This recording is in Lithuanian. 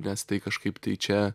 nes tai kažkaip tai čia